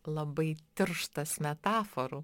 labai tirštas metaforų